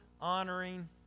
honoring